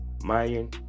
Mayan